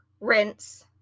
rinse